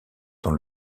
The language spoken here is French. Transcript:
dans